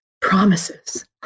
Promises